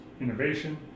innovation